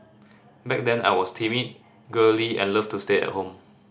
back then I was timid girly and loved to stay at home